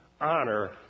Honor